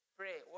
pray